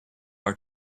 are